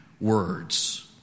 words